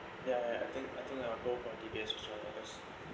ya I think I think I will go for D_B_S as well because